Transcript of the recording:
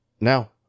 Now